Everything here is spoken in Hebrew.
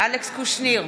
אלכס קושניר,